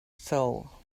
soul